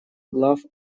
глав